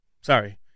Sorry